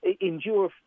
endure